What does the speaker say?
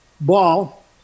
ball